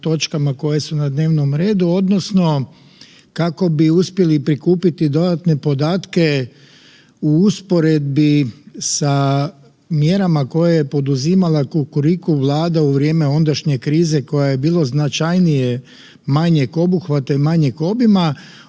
koje su na dnevnom redu odnosno kako bi uspjeli prikupiti dodatne podatke u usporedbi sa mjerama koje je poduzimala kukuriku vlada u vrijeme ondašnje krize koja je bilo značajnije manjeg obuhvata i manjeg obima